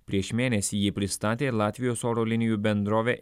prieš mėnesį jį pristatė latvijos oro linijų bendrovė